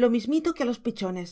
lo mismito que a los pichones